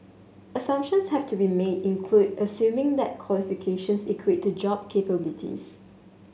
assumptions have to be made include assuming that qualifications equate to job capabilities